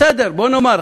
בסדר, בוא נאמר,